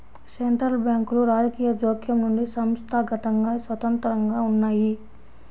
central బ్యాంకులు రాజకీయ జోక్యం నుండి సంస్థాగతంగా స్వతంత్రంగా ఉన్నయ్యి